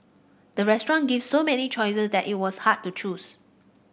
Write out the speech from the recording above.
the restaurant gave so many choices that it was hard to choose